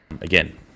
again